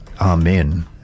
Amen